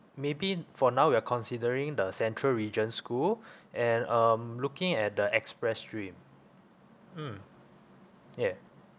maybe for now we're considering the central region school and um looking at the express stream mm yeah